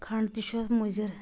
کھنٛڈ تہِ چھُ اتھ مُضر